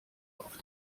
auf